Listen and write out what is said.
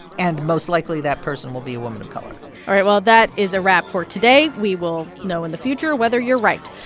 and most likely that person will be a woman of color all right. well, that is a wrap for today. we will know in the future whether you're right.